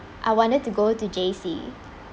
I wanted to go to J_C